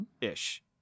ish